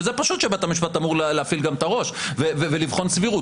שזה פשוט שבית המשפט אמור להפעיל גם את הראש ולבחון סבירות.